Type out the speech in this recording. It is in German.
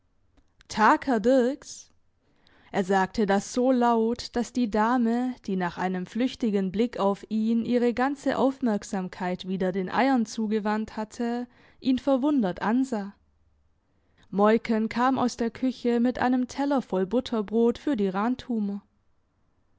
tag herr dirks er sagte das so laut dass die dame die nach einem flüchtigen blick auf ihn ihre ganze aufmerksamkeit wieder den eiern zugewandt hatte ihn verwundert ansah moiken kam aus der küche mit einem teller voll butterbrot für die